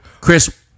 Chris